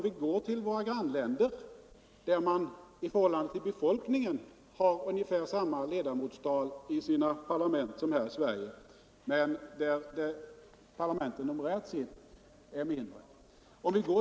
I våra grannländer har man i förhållande till befolkningen ungefär samma ledamotsantal i sina parlament som vi har här i Sverige, fastän parlamenten där numerärt är mindre än vår riksdag.